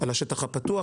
על השטח הפתוח,